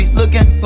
looking